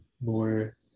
more